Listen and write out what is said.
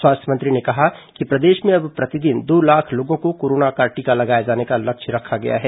स्वास्थ्य मंत्री ने कहा कि प्रदेश में अब प्रतिदिन दो लाख लोगों को कोरोना का टीका लगाए जाने का लक्ष्य रखा गया है